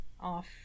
off